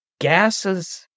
gases